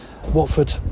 Watford